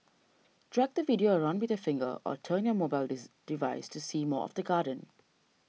drag the video around with your finger or turn your mobile device to see more of the garden